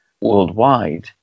worldwide